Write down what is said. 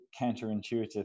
counterintuitive